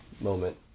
moment